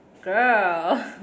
Girl